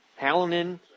Hallinan